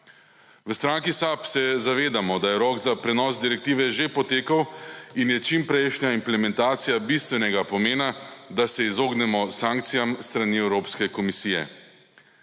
V stranki SAB se zavedamo, da je rok za prenos direktive že potekel in je čimprejšnja implementacija bistvenega pomena, da se izognemo sankcijam s strani Evropske komisije.